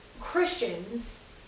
Christians